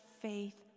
faith